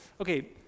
Okay